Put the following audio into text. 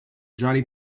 johnny